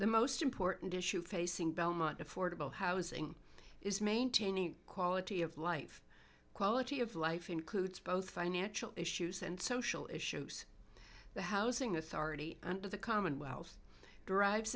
the most important issue facing belmont affordable housing is maintaining quality of life quality of life includes both financial issues and social issues the housing authority under the commonwealth derives